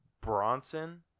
Bronson